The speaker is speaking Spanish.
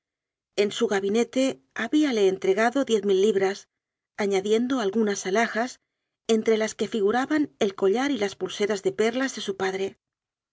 en su gabinete habíale entregado diez mil libras aña diendo algunas alhajas entre las que figuraban el collar y las pulseras de perlas de su padre